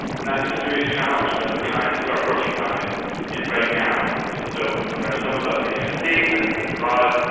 and that's a serious challenge, but the time to start working on it is right now. and and so there are some of us in the united states and and abroad,